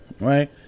Right